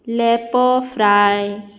लॅपो fry